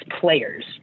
players